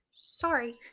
Sorry